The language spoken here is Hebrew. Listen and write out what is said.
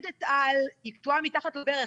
היא קטועה מתחת לברך,